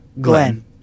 Glenn